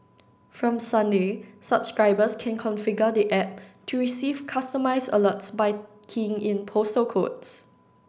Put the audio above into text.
from Sunday subscribers can configure the app to receive customized alerts by keying in postal codes